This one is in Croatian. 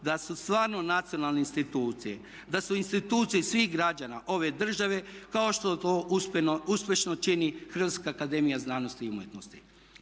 da su stvarno nacionalne institucije, da su institucije svih građana ove države kao što to uspješno čini Hrvatska akademija znanosti i umjetnosti.